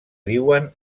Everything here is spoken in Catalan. diuen